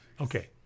Okay